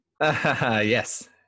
Yes